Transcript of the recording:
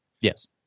Yes